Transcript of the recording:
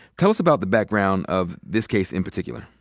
tell us about the background of this case in particular.